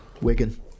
Wigan